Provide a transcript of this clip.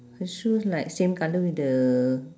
her shoes like same colour with the